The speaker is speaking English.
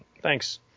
Thanks